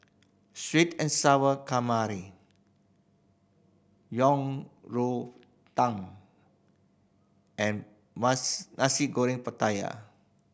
sweet and Sour Calamari Yang Rou Tang and Nasi Goreng Pattaya